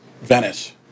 Venice